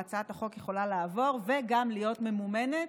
והצעת החוק יכולה לעבור וגם להיות ממומנת.